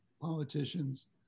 politicians